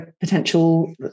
potential